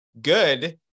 good